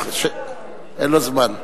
אין לה זמן.